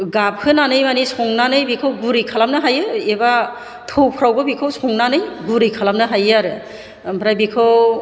गाबहोनानै माने संनानै बेखौ गुरै खालामनो हायो एबा थौफ्रावबो बेखौ संनानै गुरै खालामनो हायो आरो ओमफ्राय बेखौ